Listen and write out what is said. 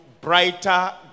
brighter